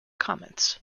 comments